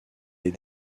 ait